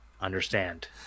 understand